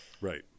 Right